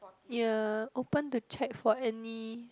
ya open to check for any